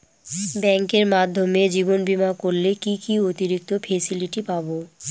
ব্যাংকের মাধ্যমে জীবন বীমা করলে কি কি অতিরিক্ত ফেসিলিটি পাব?